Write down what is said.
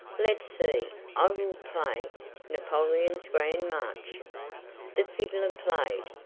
let's see i will play napoleon's grand march the fiddler played,